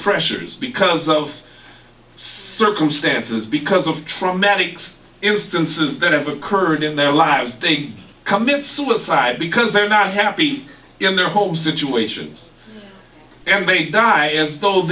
pressures because of circumstances because of traumatic instances that have occurred in their lives think commit suicide because they're not happy in their home situations and may die as tho